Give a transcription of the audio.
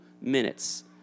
minutes